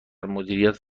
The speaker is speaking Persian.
مدیریت